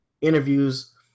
interviews